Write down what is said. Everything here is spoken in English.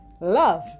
love